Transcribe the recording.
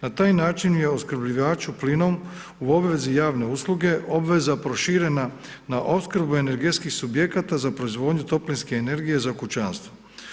Na taj način je opskrbljivaču plinom u obvezi javne usluge obveza proširena na opskrbu energetskih subjekata za proizvodnju toplinske energije za kućanstva.